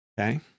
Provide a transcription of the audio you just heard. Okay